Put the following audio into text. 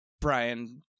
brian